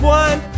one